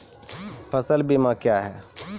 फसल बीमा क्या हैं?